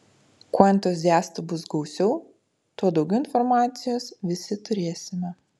kuo entuziastų bus gausiau tuo daugiau informacijos visi turėsime